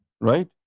right